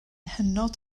hynod